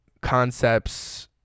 concepts